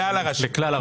לכלל הרשויות.